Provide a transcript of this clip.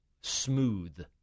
smooth